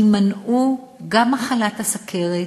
יימנעו גם מחלת הסוכרת,